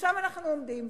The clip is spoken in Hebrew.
ושם אנחנו עומדים.